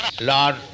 Lord